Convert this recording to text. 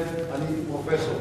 סטודנט ואני הייתי פרופסור.